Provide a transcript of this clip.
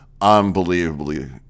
Unbelievably